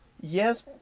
Yes